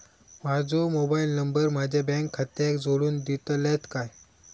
माजो mobile number माझ्या bank खात्याक जोडून दितल्यात काय?